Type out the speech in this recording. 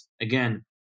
again